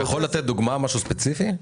אתה יכול לתת דוגמה, משהו ספציפי?